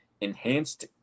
enhanced